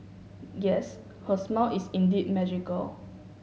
yes her smile is indeed magical